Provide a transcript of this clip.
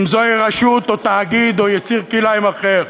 אם זוהי רשות, או תאגיד או יצור כלאיים אחר.